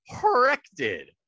corrected